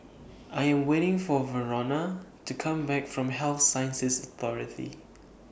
I Am waiting For Verona to Come Back from Health Sciences Authority